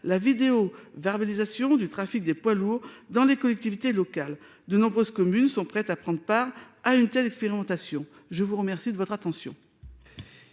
la vidéo-verbalisation du trafic des poids lourds dans les collectivités locales de nombreuses communes sont prêtes à prendre part à une telle expérimentation, je vous remercie de votre attention.